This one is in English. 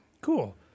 Cool